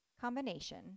combination